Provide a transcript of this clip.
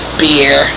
beer